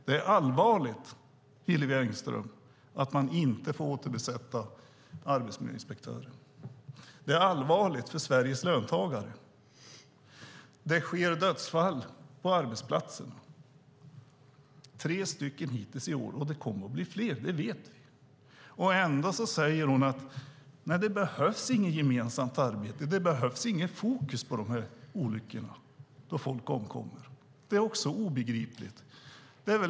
Det är allvarligt, Hillevi Engström, att man inte får återbesätta arbetsmiljöinspektörer. Det är allvarligt för Sveriges löntagare. Det sker dödsfall på arbetsplatserna. Hittills i år har det skett tre dödsfall, och det kommer att bli fler, det vet vi. Ändå säger Hillevi Engström att det inte behövs något gemensamt arbete, att det inte behövs något fokus på dessa olyckor när folk omkommer. Det är obegripligt.